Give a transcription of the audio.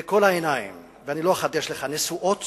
כל העיניים, לא אחדש לך, נשואות